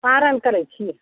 पारण करैत छियै